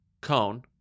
Cone